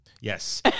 Yes